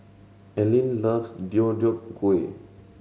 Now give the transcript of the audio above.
Aleen loves Deodeok Gui